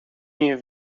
nie